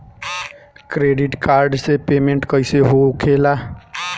Credit card से payment कईसे होखेला?